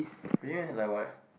really meh like what